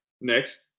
next